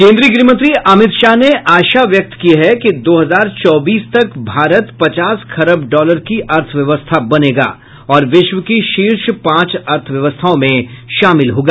केंद्रीय गृहमंत्री अमित शाह ने आशा व्यक्त की है कि दो हजार चौबीस तक भारत पचास खरब डॉलर की अर्थव्यवस्था बनेगा और विश्व की शीर्ष पांच अर्थव्यवस्थाओं में शामिल होगा